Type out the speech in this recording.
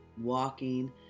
walking